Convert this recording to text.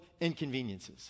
inconveniences